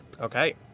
Okay